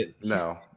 no